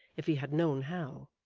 if he had known how.